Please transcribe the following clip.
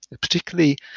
particularly